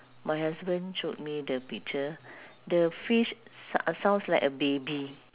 my husband showed me the picture the fish s~ sounds like a baby